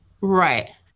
Right